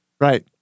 right